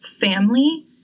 family